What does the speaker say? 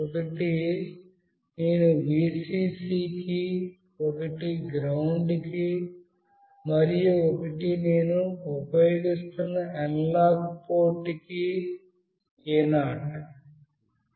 ఒకటి నేను Vcc కి ఒకటి GND కి మరియు ఒకటి నేను ఉపయోగిస్తున్న అనలాగ్ పోర్టుకు A0